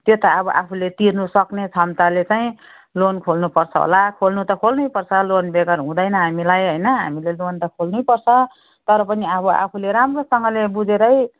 त्यो त अब आफूले तिर्नुसक्ने क्षमताले चाहिँ लोन खोल्नुपर्छ होला खोल्नु त खोल्नै पर्छ लोन बेगर हुँदैन हामीलाई होइन हामीले लोन त खोल्नै पर्छ तर पनि अब आफूले राम्रोसँगले बुझेरै